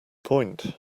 point